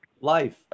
life